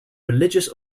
religious